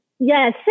Yes